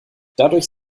dadurch